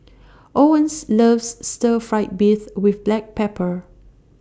Owens loves Stir Fried Beef with Black Pepper